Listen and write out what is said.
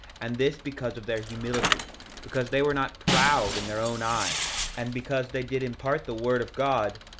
and this because of their humility because they were not proud in their own eyes, and because they did impart the word of god,